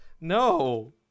No